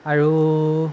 আৰু